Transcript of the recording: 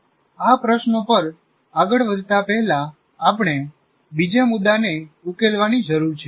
આ પ્રશ્નો પર આગળ વધતા પહેલા આપણે બીજા મુદ્દાને ઉકેલવાની જરૂર છે